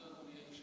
תודה, כבוד